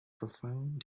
profound